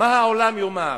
מה העולם יאמר.